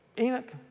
Enoch